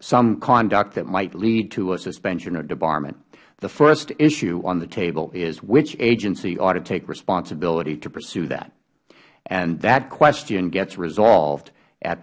some conduct that might lead to a suspension or debarment the first issue on the table is which agency ought to take responsibility to pursue that and that question gets resolved at